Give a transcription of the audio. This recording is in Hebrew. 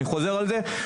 אני חוזר על זה,